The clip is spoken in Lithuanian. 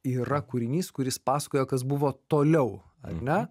yra kūrinys kuris pasakoja kas buvo toliau ar ne